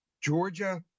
Georgia